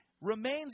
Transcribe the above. remains